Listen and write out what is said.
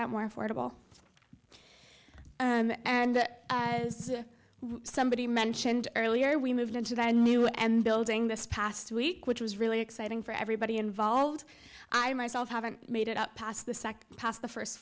that more affordable and as somebody mentioned earlier we moved into the new and building this past week which was really exciting for everybody involved i myself haven't made it up past the sect past the first